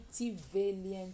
valiant